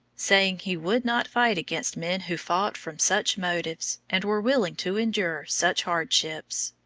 saying he would not fight against men who fought from such motives, and were willing to endure such hardships.